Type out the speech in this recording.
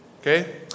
Okay